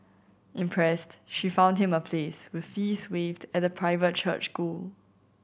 impressed she found him a place with fees waived at a private church school